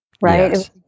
Right